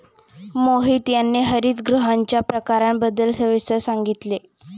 मोहित यांनी हरितगृहांच्या प्रकारांबद्दल सविस्तर सांगितले